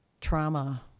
trauma